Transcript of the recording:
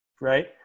right